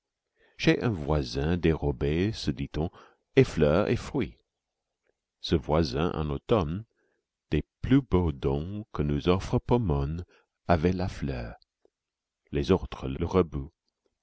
chez un voisin dérobait ce dit-on et fleurs et fruits ce voisin en automne des plus beaux dons que nous offre pomone avait la fleur les autres le rebut